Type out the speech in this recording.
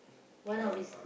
one of his